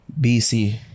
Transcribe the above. BC